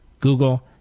Google